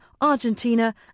Argentina